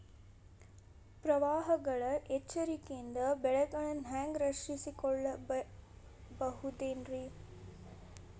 ಪ್ರವಾಹಗಳ ಎಚ್ಚರಿಕೆಯಿಂದ ಬೆಳೆಗಳನ್ನ ಹ್ಯಾಂಗ ರಕ್ಷಿಸಿಕೊಳ್ಳಬಹುದುರೇ?